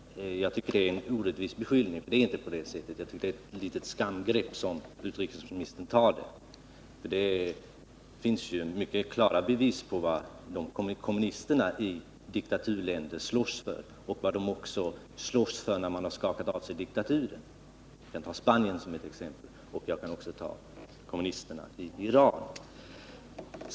Detta är en orättvis beskyllning, för det är inte på det sättet, och utrikesministerns påstående är därför ett skamgrepp. Det finns mycket klara bevis för vad kommunisterna i diktaturländer slåss för liksom för vad de slåss för när de skakat av sig diktaturen. Jag kan ta kommunisterna i Spanien som ett exempel på det, och jag kan också nämna kommunisterna i Iran.